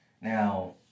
Now